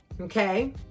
Okay